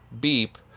beep